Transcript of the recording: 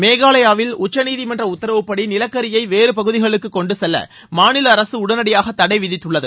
மேகாலயாவில் உச்சநீதிமன்ற உத்தரவுப்படி நிலக்கரியை வேறுபகுதிகளுக்கு கொண்டு செல்ல மாநில அரசு உடனடியாக தடை விதித்துள்ளது